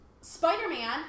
Spider-Man